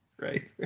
Right